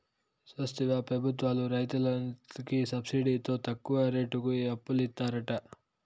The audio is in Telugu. చూస్తివా పెబుత్వాలు రైతులకి సబ్సిడితో తక్కువ రేటుకి అప్పులిత్తారట